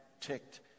ticked